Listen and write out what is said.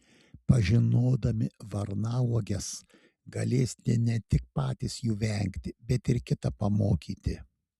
pažinodami varnauoges galėsite ne tik patys jų vengti bet ir kitą pamokyti